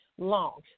long